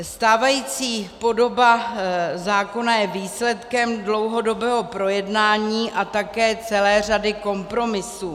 Stávající podoba zákona je výsledkem dlouhodobého projednání a také celé řady kompromisů.